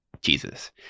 Jesus